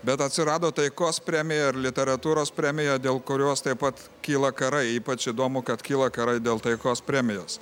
bet atsirado taikos premija ir literatūros premija dėl kurios taip pat kyla karai ypač įdomu kad kyla karai dėl taikos premijos